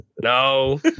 No